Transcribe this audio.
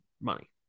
money